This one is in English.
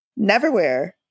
Neverwhere